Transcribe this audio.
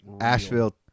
Asheville